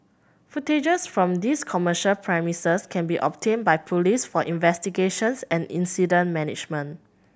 footage from these commercial premises can be obtained by police for investigations and incident management